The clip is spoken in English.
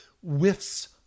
whiffs